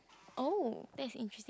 oh that's interesting